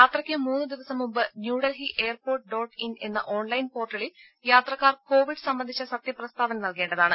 യാത്രയ്ക്ക് മൂന്നുദിവസം മുമ്പ് ന്യൂഡൽഹി എയർപോർട്ട് ഡോട്ട് ഇൻ എന്ന ഓൺലൈൻ പോർട്ടലിൽ യാത്രക്കാർ കോവിഡ് സംബന്ധിച്ച സത്യപ്രസ്താവന നൽകേണ്ടതാണ്